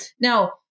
Now